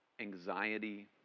anxiety